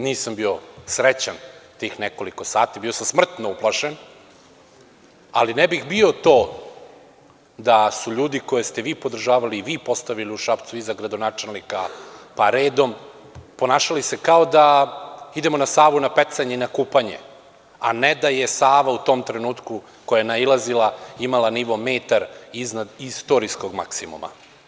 Nisam bio srećan tih nekoliko sati, bio sam smrtno uplašen, ali ne bih bio to da su ljudi koje ste vi podržavali i vi postavili u Šapcu i za gradonačelnika, pa redom, ponašali se kao da idemo na Savu na pecanje i na kupanje, a ne da je Sava u tom trenutku, koja je nailazila, imala nivo metar iznad istorijskog maksimuma.